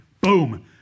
Boom